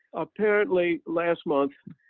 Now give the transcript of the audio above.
apparently last month,